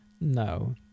No